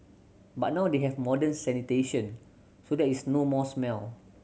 but now they have modern sanitation so there is no more smell